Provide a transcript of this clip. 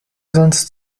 sonst